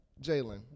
Jalen